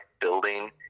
building